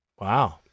Wow